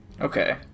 Okay